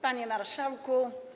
Panie Marszałku!